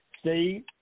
Steve